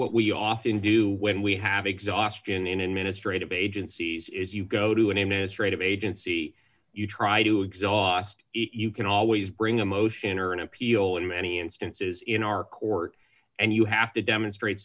what we often do when we have exhaustion in administrative agencies is you go to a name a straight agency you try to exhaust it you can always bring a motion or an appeal in many instances in our court and you have to demonstrate